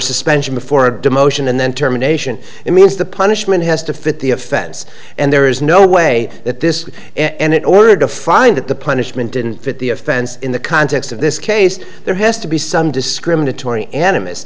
suspension before a demotion and then terminations it means the punishment has to fit the offense and there is no way that this and in order to find that the punishment didn't fit the offense in the context of this case there has to be some discriminatory a